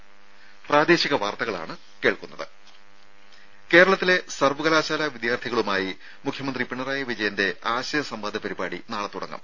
രുര കേരളത്തിലെ സർകലാശാല വിദ്യാർത്ഥികളുമായി മുഖ്യമന്ത്രി പിണറായി വിജയന്റെ ആശയസംവാദ പരിപാടി നാളെ തുടങ്ങും